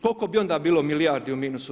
Koliko bi onda bilo milijardi u minusu?